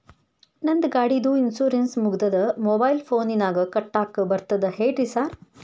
ನಂದ್ ಗಾಡಿದು ಇನ್ಶೂರೆನ್ಸ್ ಮುಗಿದದ ಮೊಬೈಲ್ ಫೋನಿನಾಗ್ ಕಟ್ಟಾಕ್ ಬರ್ತದ ಹೇಳ್ರಿ ಸಾರ್?